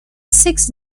six